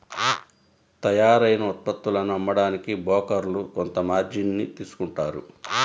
తయ్యారైన ఉత్పత్తులను అమ్మడానికి బోకర్లు కొంత మార్జిన్ ని తీసుకుంటారు